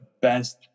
best